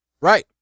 Right